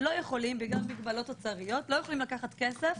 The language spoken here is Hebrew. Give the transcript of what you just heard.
בגלל מגבלות של האוצר לא יכולים לקחת כסף,